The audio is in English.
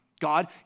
God